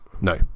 No